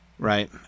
Right